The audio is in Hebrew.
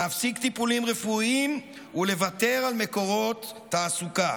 להפסיק טיפולים רפואיים ולוותר על מקורות תעסוקה,